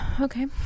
Okay